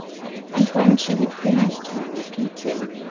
and when she had finished her repeating,